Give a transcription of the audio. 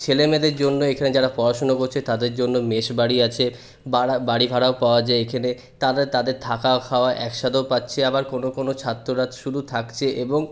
ছেলেমেয়েদের জন্য এখানে যারা পড়াশোনা করছে তাদের জন্য মেসবাড়ি আছে বাড়ি ভাড়াও পাওয়া যায় এইখানে তাদের থাকা খাওয়া একসাথেও পাচ্ছে আবার কোনো কোনো ছাত্ররা শুধু থাকছে এবং